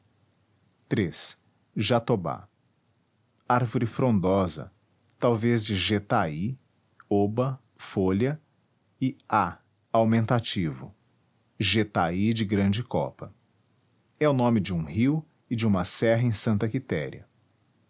iii jatobá árvore frondosa talvez de jetahy oba folha e a aumentativo jetaí de grande copa é o nome de um rio e de uma serra em santa quitéria